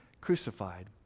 crucified